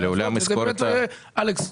אלכס,